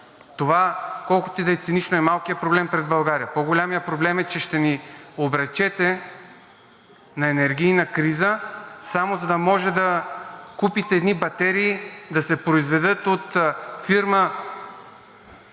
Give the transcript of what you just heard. Това, колкото и да е цинично, е малкият проблем пред България. По големият проблем е, че ще ни обречете на енергийна криза само за да може да купите едни батерии. Да се произведат от фирма